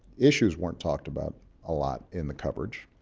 issues weren't talked about a lot in the coverage.